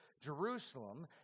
Jerusalem